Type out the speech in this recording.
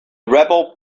rebel